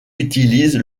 utilise